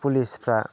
पुलिसफ्रा